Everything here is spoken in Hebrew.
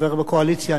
אני צריך להצביע